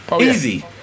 Easy